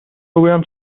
بگویم